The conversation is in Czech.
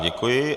Děkuji.